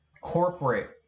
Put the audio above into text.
corporate